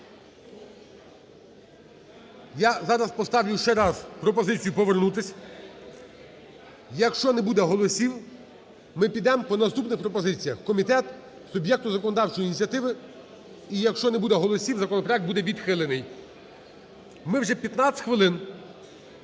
я зараз поставлю ще раз пропозицію повернутися. Якщо не буде голосів, ми підем по наступних пропозиціях: в комітет, суб'єкту законодавчої ініціативи. І якщо не буде голосів, законопроект буде відхилений. Ми вже 15 хвилин